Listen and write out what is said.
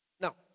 Now